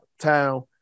town